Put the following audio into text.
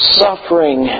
suffering